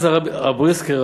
אז הבריסקר,